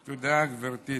תודה, גברתי.